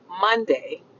Monday